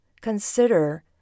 consider